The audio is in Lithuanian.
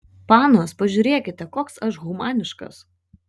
panos pažiūrėkite koks aš humaniškas